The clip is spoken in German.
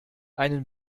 einen